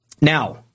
Now